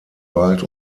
bald